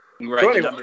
Right